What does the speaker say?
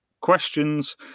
questions